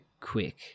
quick